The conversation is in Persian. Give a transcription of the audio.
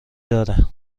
داره